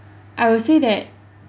I will say that